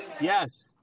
Yes